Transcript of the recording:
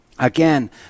Again